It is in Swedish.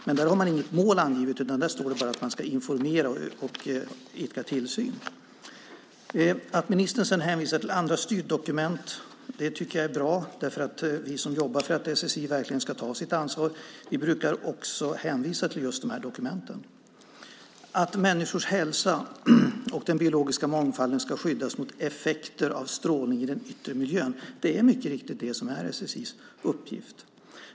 Men där är inget mål angivet, utan det står bara att man ska informera och idka tillsyn. Att ministern sedan hänvisar till andra styrdokument är bra. Vi som jobbar för att SSI verkligen ska ta sitt ansvar brukar också hänvisa till just de här dokumenten. Att människors hälsa och den biologiska mångfalden ska skyddas mot effekter av strålning i den yttre miljön är mycket riktigt SSI:s uppgift.